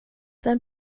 vem